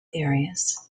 areas